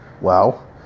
wow